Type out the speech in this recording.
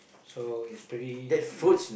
so it's pretty uh